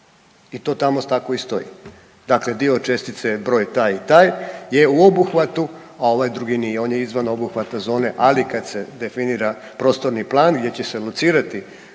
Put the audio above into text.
i to tamo tako i stoji. Dakle dio čestice je broj taj i taj je u obuhvatu, a ovaj drugi nije, on je izvan obuhvata zone, ali kad se definira prostorni plan gdje će se locirati